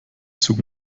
zug